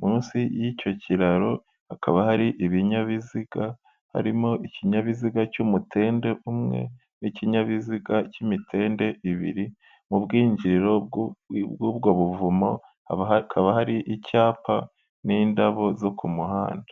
munsi y'icyo kiraro hakaba hari ibinyabiziga harimo ikinyabiziga cy'umutende umwe, n'ikinyabiziga cy'imitende ibiri mu bw'injiriro bw'ubwo buvumo hakaba hari icyapa n'indabo zo ku muhanda.